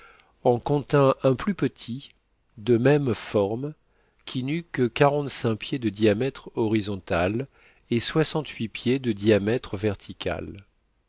en contint un plus petit de même forme qui neût que quarante-cinq pieds de diamètre horizontal et soixante-huit pieds de diamètre vertical